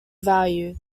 value